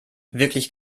wirklich